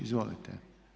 Izvolite.